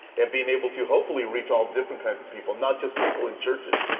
and being able to hopefully reach all different kinds of people, not just people in churches.